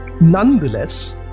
Nonetheless